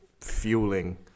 fueling